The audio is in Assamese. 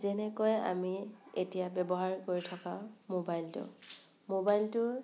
যেনেকৈ আমি এতিয়া ব্যৱহাৰ কৰি থকা মোবাইলটো মোবাইলটোৰ